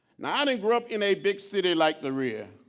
now i didn't grow up in a big city like berea,